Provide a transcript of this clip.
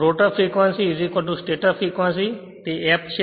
rotor frequency stator frequency તે f છે